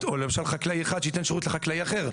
או למשל חקלאי אחד שייתן שירות לחקלאי אחר.